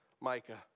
Micah